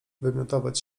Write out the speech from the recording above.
wymiotować